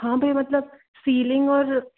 हाँ भैया मतलब सीलिंग और